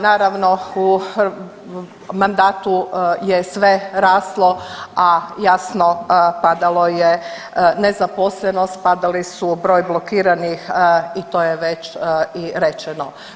Naravno u mandatu je sve raslo, a jasno, padalo je nezaposlenost, padali su broj blokiranih i to je već i rečeno.